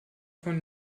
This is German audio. von